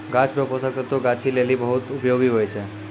गाछ रो पोषक तत्व गाछी लेली बहुत उपयोगी हुवै छै